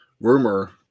Rumor